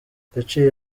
yaciye